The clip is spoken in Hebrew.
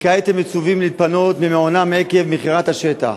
וכעת הם מצווים להתפנות ממעונם עקב מכירת השטח.